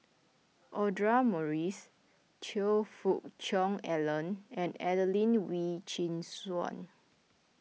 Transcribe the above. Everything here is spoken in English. Audra Morrice Choe Fook Cheong Alan and Adelene Wee Chin Suan